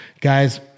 guys